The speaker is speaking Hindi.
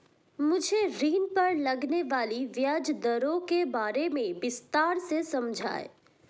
मुझे ऋण पर लगने वाली ब्याज दरों के बारे में विस्तार से समझाएं